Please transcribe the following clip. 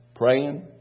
Praying